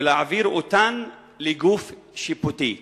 ולהעביר אותן לגוף שיפוטי.